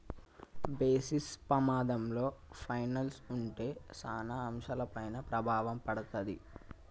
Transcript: basis పమాధంలో పైనల్స్ ఉంటే సాన అంశాలపైన ప్రభావం పడతాది